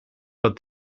but